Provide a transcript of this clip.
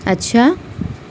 اچھا